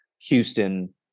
Houston